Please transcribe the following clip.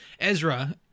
Ezra